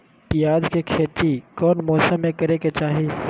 प्याज के खेती कौन मौसम में करे के चाही?